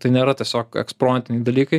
tai nėra tiesiog ekspromtiniai dalykai